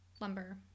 lumber